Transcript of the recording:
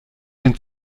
den